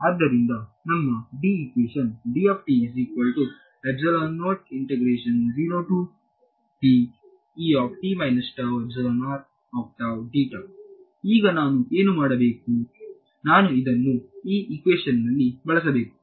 ಆದ್ದರಿಂದ ನಮ್ಮ ಇಕ್ವೇಶನ್ ಈಗ ನಾನು ಏನು ಮಾಡಬೇಕು ನಾನು ಇದನ್ನು ಈ ಇಕ್ವೇಶನ್ ನಲ್ಲಿ ಬಳಸಬೇಕು